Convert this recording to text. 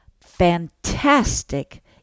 fantastic